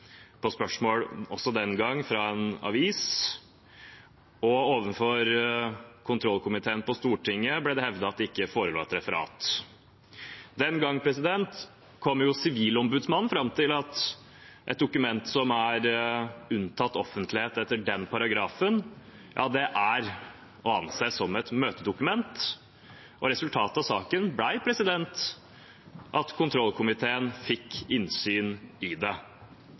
På spørsmål – også den gang fra en avis – og overfor kontrollkomiteen på Stortinget ble det hevdet at det ikke forelå noe referat. Den gang kom Sivilombudsmannen fram til at et dokument som er unntatt offentlighet etter den paragrafen, er å anse som et møtedokument, og resultatet av saken ble at kontrollkomiteen fikk innsyn i det.